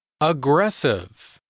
Aggressive